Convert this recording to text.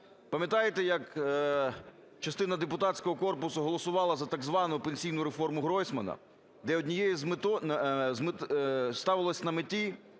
Пам'ятаєте, як частина депутатського корпусу голосувала за так звану пенсійну реформу Гройсмана, де ставилося на меті